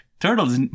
turtles